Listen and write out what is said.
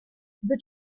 the